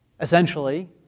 essentially